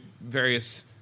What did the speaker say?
various